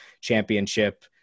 Championship